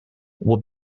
will